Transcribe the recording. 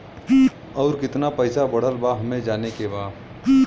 और कितना पैसा बढ़ल बा हमे जाने के बा?